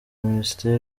minisitiri